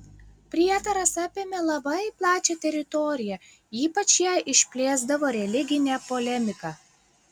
prietaras apėmė labai plačią teritoriją ypač ją išplėsdavo religinė polemika